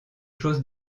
choses